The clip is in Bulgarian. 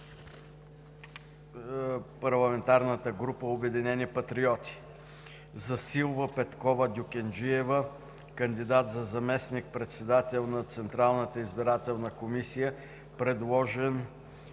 парламентарната група „Обединени патриоти“; Силва Петкова Дюкенджиева – кандидат за заместник-председател на Централната избирателна комисия, предложена